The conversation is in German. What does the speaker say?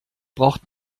braucht